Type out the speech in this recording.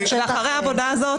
אחרי העבודה הזאת,